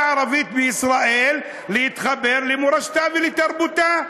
הערבית בישראל להתחבר למורשתה ולתרבותה,